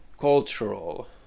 cultural